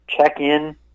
check-in